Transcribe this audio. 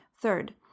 Third